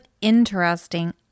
interesting